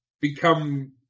become